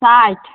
साठि